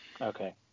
okay